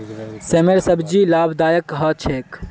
सेमेर सब्जी लाभदायक ह छेक